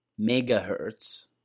megahertz